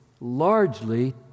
largely